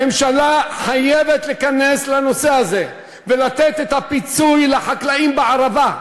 הממשלה חייבת להיכנס לנושא הזה ולתת את הפיצוי לחקלאים בערבה,